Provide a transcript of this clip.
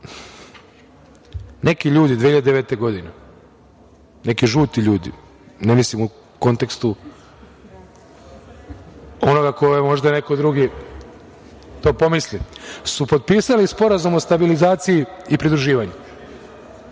Neki ljudi 2009. godine, neki žuti ljudi, ne mislim u kontekstu onoga u kom je neko drugi to možda pomislio, su potpisali Sporazum o stabilizaciji i pridruživanju.